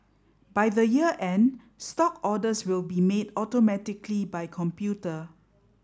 by the year end stock orders will be made automatically by computer